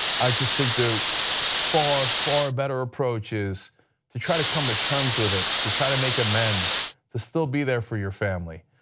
i just think the far far better approach is to try to come to terms with it, to try to make amends and still be there for your family.